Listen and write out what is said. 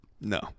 No